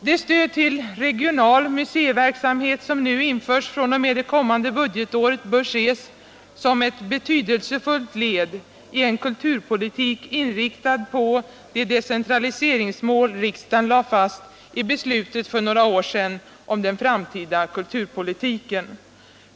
Det stöd till regional museiverksamhet som nu införs fr.o.m. det kommande budgetåret bör ses som ett betydelsefullt led i en kulturpolitik inriktad på det decentraliseringsmål riksdagen lade fast i beslutet för några år sedan om den framtida kulturpolitiken.